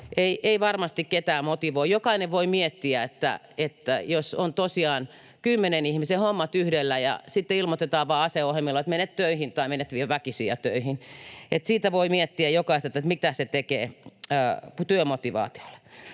ei varmasti ketään motivoi. Jokainen voi miettiä, että jos on tosiaan kymmenen ihmisen hommat yhdellä ja sitten ilmoitetaan vain ase ohimolla, että mene töihin tai menet väkisin töihin — siitä voi miettiä jokainen, mitä se tekee työmotivaatiolle.